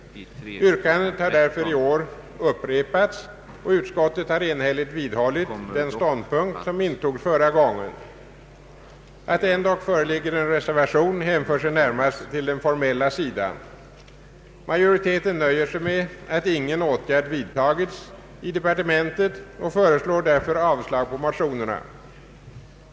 Yrkandet har därför i år upprepats, och utskottet har enhälligt vidhållit den ståndpunkt som intogs förra gången. Att det ändå föreligger en reservation hänför sig närmast till den formella sidan. Majoriteten nöjer sig med att ingen ålgärd vidtagits i departementet och föreslår därför avslag på motionerna.